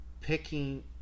Picking